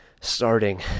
starting